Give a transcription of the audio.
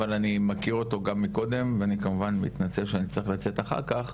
אבל אני מכיר אותו גם מקודם ואני כמובן מתנצל שאני אצטרך לצאת אחר כך,